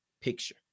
picture